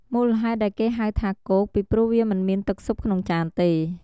មូលហេតុដែលគេហៅថា "គោក" ពីព្រោះវាមិនមានទឹកស៊ុបក្នុងចានទេ។